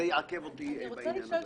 זה יעכב אותי בעניין הזה.